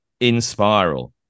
Inspiral